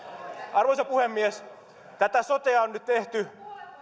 arvoisa puhemies tätä sotea on nyt tehty